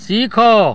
ଶିଖ